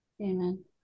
Amen